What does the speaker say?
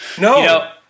No